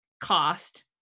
cost